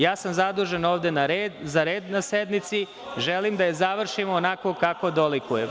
Ja sam ovde zadužen za red na sednici i želim da je završimo onako kako dolikuje.